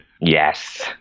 Yes